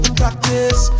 practice